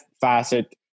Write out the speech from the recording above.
facet